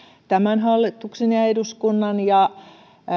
tämän hallituksen ja eduskunnan ja